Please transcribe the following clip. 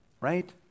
right